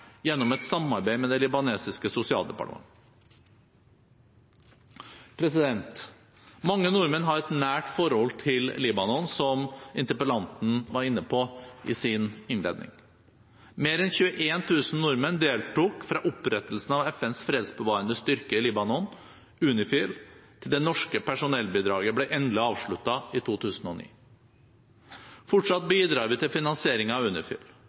gjennom et samarbeid med det libanesiske sosialdepartementet. Mange nordmenn har et nært forhold til Libanon, som interpellanten var inne på i sin innledning. Mer enn 21 000 nordmenn deltok fra opprettelsen av FNs fredsbevarende styrke i Libanon, UNIFIL, til det norske personellbidraget ble endelig avsluttet i 2009. Fortsatt bidrar vi til finansieringen av